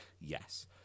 Yes